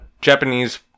Japanese